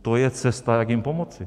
To je cesta, jak jim pomoci.